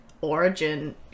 origin